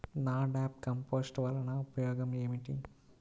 NADEP compost వలన ఉపయోగం ఏమిటి?